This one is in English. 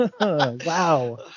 Wow